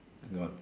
gone